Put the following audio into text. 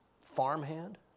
farmhand